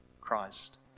Christ